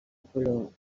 color